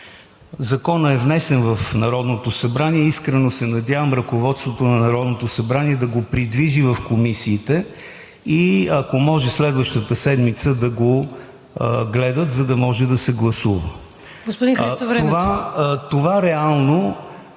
Законът е внесен в Народното събрание и искрено се надявам ръководството на Народното събрание да го придвижи в комисиите и ако може, следващата седмица да го гледат, за да може да се гласува. ПРЕДСЕДАТЕЛ